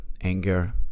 anger